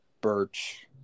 Birch